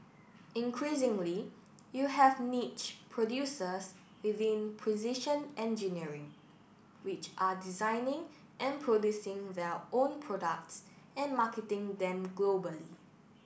increasingly you have niche producers within precision engineering which are designing and producing their own products and marketing them globally